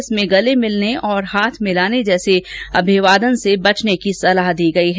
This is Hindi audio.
इसमें गले मिलने और हाथ मिलाने जैसे अभिवादन से बचने की सलाह दी गयी है